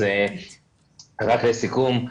אז רק לסיכום,